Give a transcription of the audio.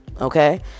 Okay